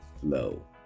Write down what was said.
flow